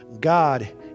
God